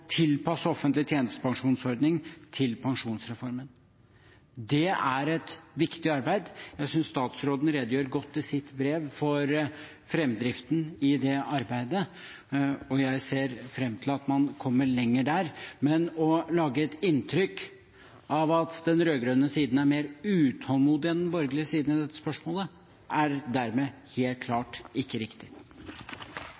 tilpasse offentlig tjenestepensjonsordning til pensjonsreformen. Det er et viktig arbeid. Jeg synes statsråden redegjør godt i sitt brev for framdriften i det arbeidet, og jeg ser fram til at man kommer lenger der, men å lage et inntrykk av at den rød-grønne siden er mer utålmodig enn den borgerlige siden i dette spørsmålet, er helt